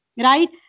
right